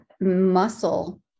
muscle